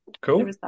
Cool